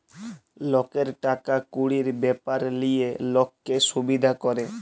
লকের টাকা কুড়ির ব্যাপার লিয়ে লক্কে সুবিধা ক্যরে